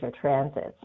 transits